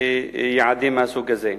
ליעדים מהסוג הזה.